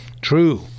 True